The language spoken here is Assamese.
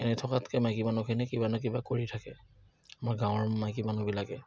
এনেই থকাতকে মাইকী মানুহখিনিয়ে কিবা নহয় কিবা কৰি থাকে আমাৰ গাঁৱৰ মাইকী মানুহবিলাকে